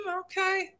okay